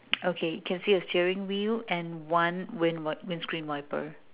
okay can see a steering wheel and one windscreen wiper